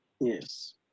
Yes